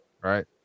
right